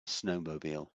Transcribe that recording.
snowmobile